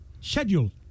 schedule